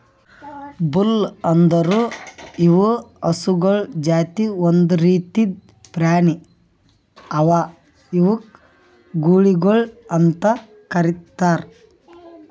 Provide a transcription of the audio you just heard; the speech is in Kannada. ಬುಲ್ ಅಂದುರ್ ಇವು ಹಸುಗೊಳ್ ಜಾತಿ ಒಂದ್ ರೀತಿದ್ ಪ್ರಾಣಿ ಅವಾ ಇವುಕ್ ಗೂಳಿಗೊಳ್ ಅಂತ್ ಕರಿತಾರ್